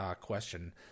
question